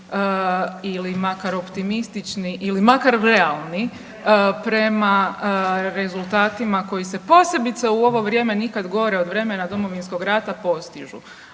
ili makar optimistični, ili makar realni prema rezultatima koji se posebice u ovo vrijeme nikada gore od vremena Domovinskog rata postižu.